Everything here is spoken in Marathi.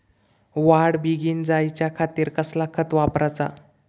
वाढ बेगीन जायच्या खातीर कसला खत वापराचा?